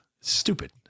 Stupid